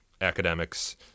academics